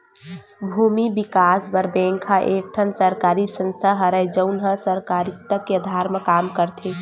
भूमि बिकास बर बेंक ह एक ठन सरकारी संस्था हरय, जउन ह सहकारिता के अधार म काम करथे